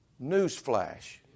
Newsflash